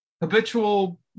Habitual